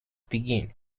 begin